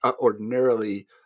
ordinarily